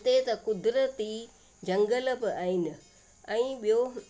उते त क़ुदिरती जंगल बि आहिनि ऐं ॿियो